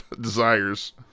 desires